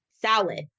salad